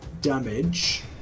damage